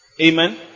Amen